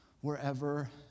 wherever